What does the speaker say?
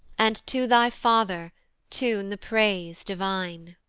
and to thy father tune the praise divine.